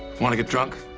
want to get drunk?